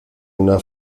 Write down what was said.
una